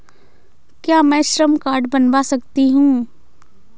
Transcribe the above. क्या मैं श्रम कार्ड बनवा सकती हूँ?